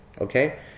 Okay